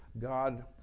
God